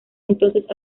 entonces